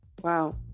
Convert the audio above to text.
Wow